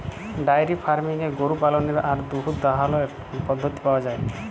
diary ফার্মিংয়ে গরু পাললের আর দুহুদ দহালর পদ্ধতি পাউয়া যায়